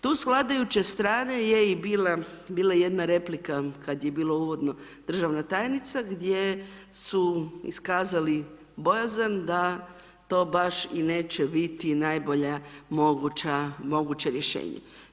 Tu s vladajuće strane, je i bila, bila jedna replika, kad je bilo uvodno, državna tajnica, gdje su iskazali bojazan da to baš i neće biti najbolja moguća, moguće rješenje.